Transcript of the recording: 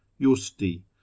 justi